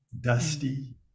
dusty